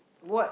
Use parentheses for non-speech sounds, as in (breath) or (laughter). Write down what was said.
what (breath)